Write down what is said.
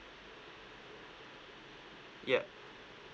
yup